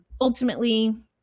ultimately